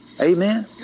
Amen